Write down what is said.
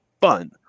fun